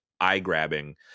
eye-grabbing